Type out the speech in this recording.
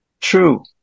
True